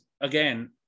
again